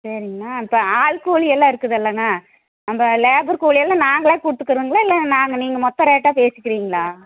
சரிங்ணா இப்போ ஆள் கூலியெல்லாம் இருக்குதுல்லங்க நம்ப லேபர் கூலியெல்லாம் நாங்களே கொடுத்துகணுங்களா இல்லை நாங்கள் நீங்கள் மொத்த ரேட்டாக பேசிக்கிறிங்களா